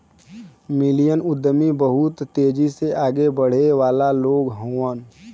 million उद्यमी बहुत तेजी से आगे बढ़े वाला लोग होलन